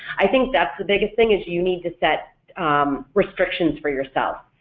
i think that's the biggest thing is you need to set restrictions for yourself,